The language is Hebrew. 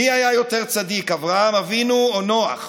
מי היה יותר צדיק, אברהם אבינו או נח.